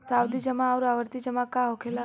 सावधि जमा आउर आवर्ती जमा का होखेला?